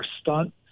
stunt